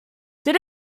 did